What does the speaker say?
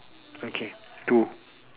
okay two